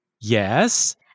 Yes